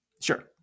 sure